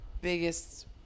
biggest